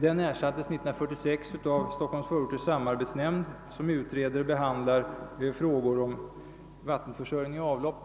Den ersattes 1946 av Stockholms förorters samarbetsnämnd som utreder och behandlar frågor om bl.a. vattenförsörjning och avlopp.